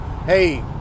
hey